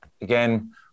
Again